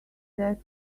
that